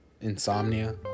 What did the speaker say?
insomnia